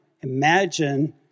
imagine